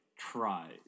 Try